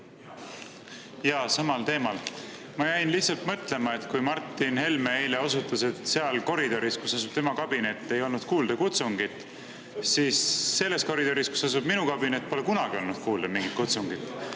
Jaa, samal teemal. Ma jäin lihtsalt mõtlema, et kui Martin Helme eile osutas, et seal koridoris, kus asub tema kabinet, ei olnud kuulda kutsungit, siis selles koridoris, kus asub minu kabinet, pole kunagi olnud kuulda mingit kutsungit.